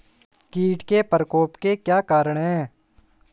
कीट के प्रकोप के क्या कारण हैं?